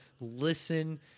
Listen